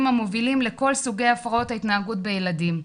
המובילים לכל סוגי הפרעות ההתנהגות בילדים.